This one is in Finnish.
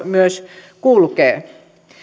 myös tieto kulkee